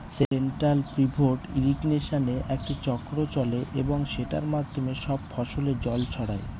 central pivot ইর্রিগেশনে একটি চক্র চলে এবং সেটার মাধ্যমে সব ফসলে জল ছড়ায়